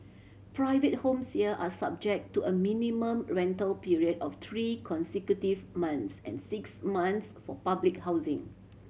private homes here are subject to a minimum rental period of three consecutive months and six months for public housing